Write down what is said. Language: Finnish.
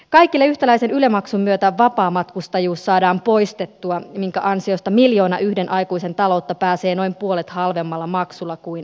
kaikille yhtäläisen yle maksun myötä vapaamatkustajuus saadaan poistettua minkä ansiosta miljoona yhden aikuisen taloutta pääsee noin puolet halvemmalla maksulla kuin aiemmin